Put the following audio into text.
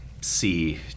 see